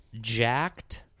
jacked